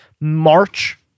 March